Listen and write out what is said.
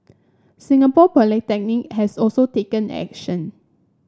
Singapore Polytechnic has also taken action